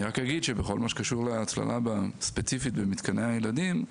בכל מה שקשור להצללה ספציפית במתקני הילדים,